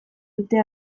dute